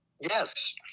Yes